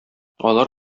алар